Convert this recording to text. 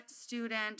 student